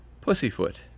Pussyfoot